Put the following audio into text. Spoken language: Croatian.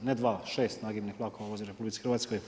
Ne 2, 6 nagibnih vlakova vozi u RH.